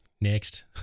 Next